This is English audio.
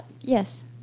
yes